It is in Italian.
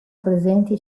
presenti